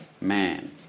man